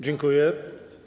Dziękuję.